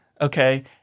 Okay